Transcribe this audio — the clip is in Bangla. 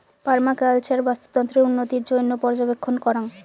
পার্মাকালচার বাস্তুতন্ত্রের উন্নতির জইন্যে পর্যবেক্ষণ করাং